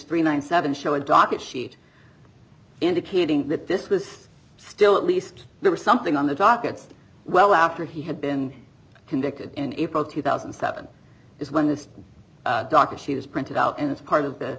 and ninety seven show a docket sheet indicating that this was still at least there was something on the docket well after he had been convicted in april two thousand and seven is when this doctor she was printed out and it's part of the